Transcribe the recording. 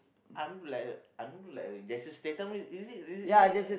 I'm like I'm like there's a certain time is it is is it